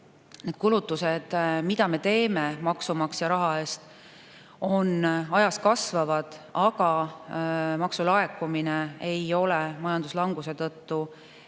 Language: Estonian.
kulutused, mida me teeme maksumaksja raha eest, on ajas kasvavad, aga maksulaekumine ei ole majanduslanguse tõttu